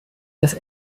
des